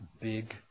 big